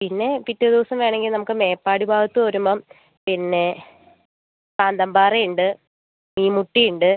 പിന്നെ പിറ്റേ ദിവസം വേണമെങ്കിൽ നമുക്ക് മേപ്പാടി ഭാഗത്ത് വരുമ്പം പിന്നെ ഫാൻറം പാറയുണ്ട് മീൻമുട്ടിയുണ്ട്